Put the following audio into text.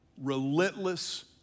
relentless